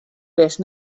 wist